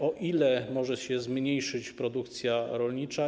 O ile może się zmniejszyć produkcja rolnicza?